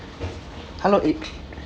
hello